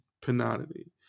penalty